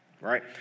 Right